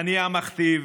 אני המכתיב,